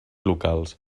locals